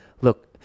Look